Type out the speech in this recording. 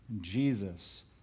Jesus